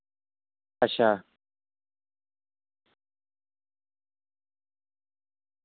अच्छा